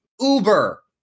Uber